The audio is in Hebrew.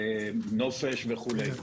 נופש וכולי.